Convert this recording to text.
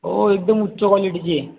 हो एकदम उच्च क्वॉलिटीची आहे